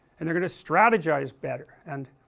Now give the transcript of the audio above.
and they are going to strategize better, and,